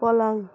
पलङ